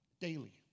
Daily